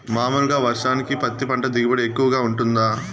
మామూలుగా వర్షానికి పత్తి పంట దిగుబడి ఎక్కువగా గా వుంటుందా?